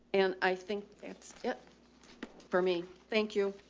and i think that's it for me. thank you.